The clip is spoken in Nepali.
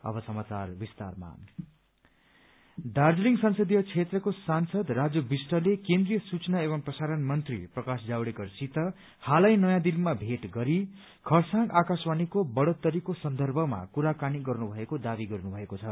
एआइआर खरसाङ दार्जीलिङ संसदीय क्षेत्रको सांसद राजु विष्टले केन्द्रीय सूचना एवं प्रसारण मन्त्री प्रकाश जावड़ेकरसित हालै नयाँ दिल्लीमा भेट गरी खरसाङ आकाशवाणीको बढ़ोत्तरी सन्दर्भमा कुराकानी गर्नुभएको दावी गर्नुभएको छ